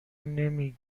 نمی